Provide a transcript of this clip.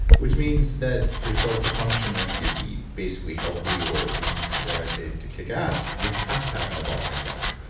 which means that for your cells to function and for you to be basically healthy or even dare i say it, to kick ass, you have to have metabolic enzymes.